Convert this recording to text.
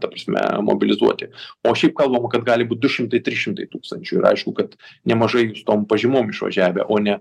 ta prasme mobilizuoti o šiaip kalbama kad gali būt du šimtai trys šimtai tūkstančių ir aišku kad nemažai tom pažymom išvažiavę o ne